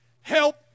help